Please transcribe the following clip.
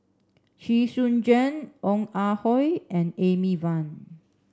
Chee Soon Juan Ong Ah Hoi and Amy Van